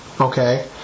okay